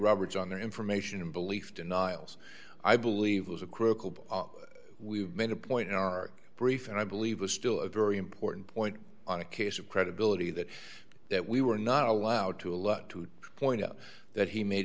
roberts on their information and belief denials i believe was a critical but we've made a point in our brief and i believe was still a very important point on a case of credibility that that we were not allowed to look to point out that he made